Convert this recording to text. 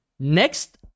Next